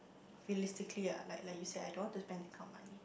realistically ah like like you said I don't want to spend that kind of money